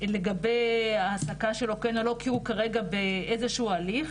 לגבי העסקה שלו כן או לא כי הוא כרגע באיזה שהוא הליך,